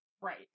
Right